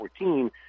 2014